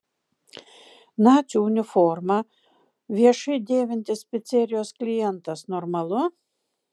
nacių uniformą viešai dėvintis picerijos klientas normalu